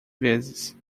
vezes